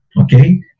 Okay